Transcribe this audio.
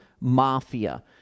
mafia